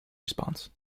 response